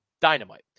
dynamite